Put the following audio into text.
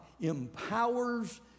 empowers